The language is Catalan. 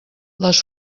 les